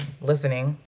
listening